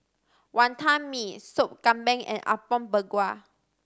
Wantan Mee Sop Kambing and Apom Berkuah